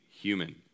human